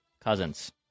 Cousins